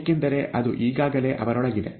ಏಕೆಂದರೆ ಅದು ಈಗಾಗಲೇ ಅವರೊಳಗಿದೆ